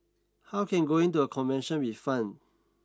how can going to a convention be fun